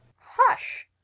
hush